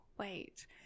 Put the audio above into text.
Wait